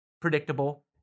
predictable